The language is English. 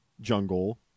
jungle